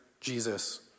Jesus